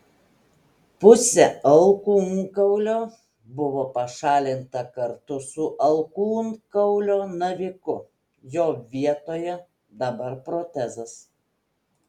pusė alkūnkaulio buvo pašalinta kartu su alkūnkaulio naviku jo vietoje dabar protezas